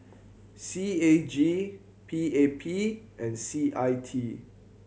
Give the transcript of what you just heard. C A G P A P and C I T